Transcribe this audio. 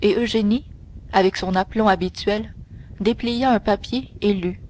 et eugénie avec son aplomb habituel déplia un papier et lut